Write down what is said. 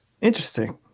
Interesting